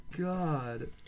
god